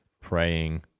praying